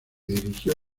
dirigió